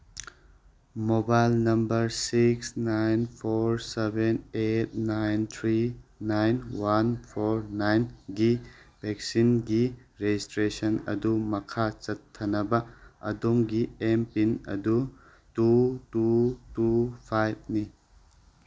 mobile number six nine four seven eight nine three nine one four ꯅꯥꯏꯟꯒꯤ ꯚꯦꯛꯁꯤꯟꯒꯤ registration ꯑꯗꯨ ꯃꯈꯥ ꯆꯠꯊꯅꯕ ꯑꯗꯣꯝꯒꯤ ꯑꯦꯝꯄꯤꯟ ꯑꯗꯨ ꯇꯨ ꯇꯨ ꯇꯨ ꯐꯥꯏꯞꯅꯤ